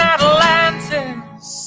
Atlantis